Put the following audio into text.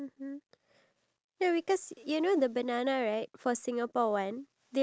oh and I promise like you know there's the duck restaurant near our hotel right